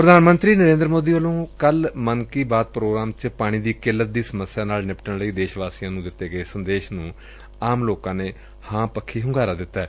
ਪ੍ਰਧਾਨ ਮੰਤਰੀ ਨਰੇਦਰ ਮੋਦੀ ਵੱਲੋ ਕੱਲੁ ਮਨ ਕੀ ਬਾਤ ਪ੍ਰੋਗਰਾਮ ਚ ਪਾਣੀ ਦੀ ਕਿੱਲਤ ਦੀ ਸਮੱਸਿਆ ਨਾਲ ਨਿਪਟਣ ਲਈ ਦੇਸ਼ ਵਾਸੀਆਂ ਨੂੰ ਦਿਤੇ ਗਏ ਸੰਦੇਸ਼ ਨੂੰ ਆਮ ਲੋਕਾਂ ਨੇ ਹਾਂ ਪੱਖੀ ਹੁੰਗਾਰਾ ਦਿਤੈ